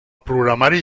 programari